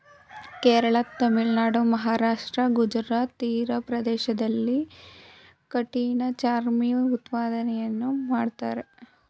ಕೇರಳ, ತಮಿಳುನಾಡು, ಮಹಾರಾಷ್ಟ್ರ, ಗುಜರಾತ್ ತೀರ ಪ್ರದೇಶಗಳಲ್ಲಿ ಕಠಿಣ ಚರ್ಮಿ ಉತ್ಪಾದನೆಯನ್ನು ಮಾಡ್ತರೆ